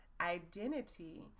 identity